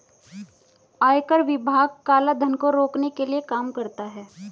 आयकर विभाग काला धन को रोकने के लिए काम करता है